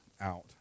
out